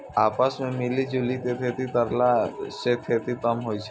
आपस मॅ मिली जुली क खेती करला स खेती कम होय छै